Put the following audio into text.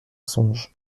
songe